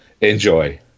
Enjoy